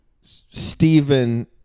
Stephen